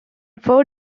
four